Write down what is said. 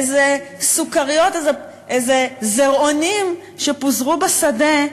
איזה סוכריות, איזה זירעונים שפוזרו בשדה,